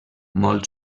molt